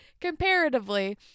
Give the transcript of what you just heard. comparatively